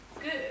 Good